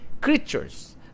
creatures